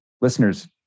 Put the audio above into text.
Listeners